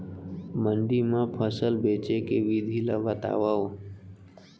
मंडी मा फसल बेचे के विधि ला बतावव?